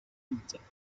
immédiates